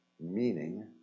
meaning